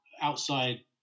outside